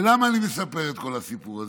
ולמה אני מספר את כל הסיפור הזה?